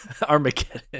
Armageddon